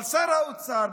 אבל שר האוצר,